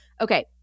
Okay